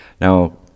Now